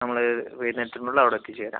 നമ്മൾ വൈകുന്നേരത്തിനുള്ളിൽ അവിടെ എത്തിച്ചേരാം